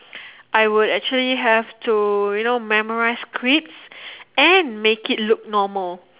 I would actually have to you know memorize scripts and make it look normal